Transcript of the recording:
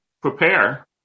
prepare